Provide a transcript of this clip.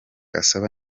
asaba